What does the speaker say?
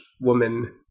woman